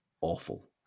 awful